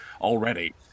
already